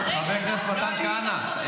חבר הכנסת מתן כהנא,